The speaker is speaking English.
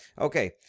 Okay